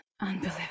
Unbelievable